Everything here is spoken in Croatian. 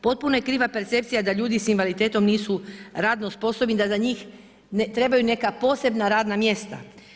Potpuno je kriva percepcija da ljudi s invaliditetom nisu radno sposobni i da za njih trebaju neka posebna radna mjesta.